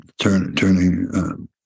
turning